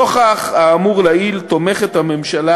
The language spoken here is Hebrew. נוכח האמור לעיל תומכת הממשלה